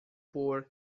por